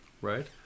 right